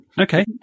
Okay